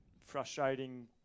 frustrating